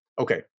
Okay